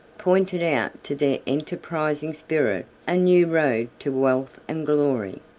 pointed out to their enterprising spirit a new road to wealth and glory.